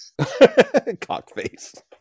Cockface